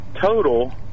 total